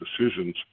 decisions